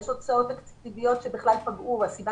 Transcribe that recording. יש הוצאות תקציביות שבכלל פגעו והסיבה